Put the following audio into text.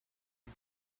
had